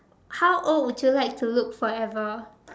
how old would you like to look forever